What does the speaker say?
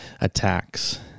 attacks